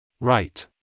Right